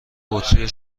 بطری